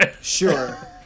Sure